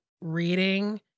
reading